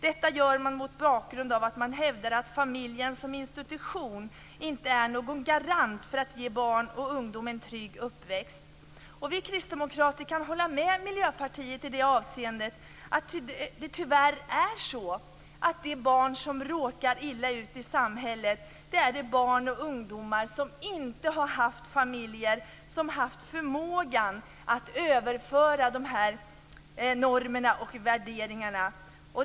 Detta gör man mot bakgrund av att man hävdar att familjen som institution inte är någon garant för att barn och ungdom skall ges en trygg uppväxt. Vi kristdemokrater kan hålla med Miljöpartiet om att de barn och ungdomar som råkar illa ut i samhället är de som tyvärr inte har haft familjer som har haft förmågan att överföra normer och värderingar.